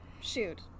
Shoot